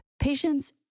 patients